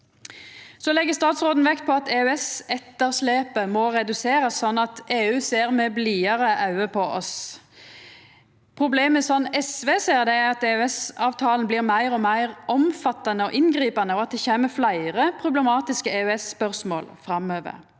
legg vekt på at EØS-etterslepet må reduserast, slik at EU ser med blidare auge på oss. Problemet er, slik SV ser det, at EØS-avtalen blir meir og meir omfattande og inngripande, og at det kjem fleire problematiske EØS-spørsmål framover.